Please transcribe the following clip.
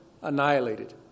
annihilated